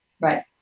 Right